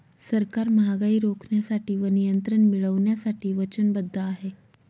सरकार महागाई रोखण्यासाठी व नियंत्रण मिळवण्यासाठी वचनबद्ध आहे